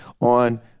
on